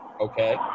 Okay